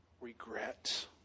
regret